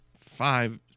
Five